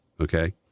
okay